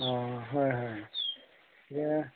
অঁ হয় হয় এতিয়া